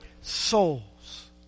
souls